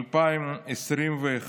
תקציב 2021,